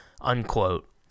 unquote